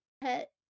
pet